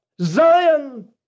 Zion